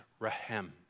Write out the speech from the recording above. rahem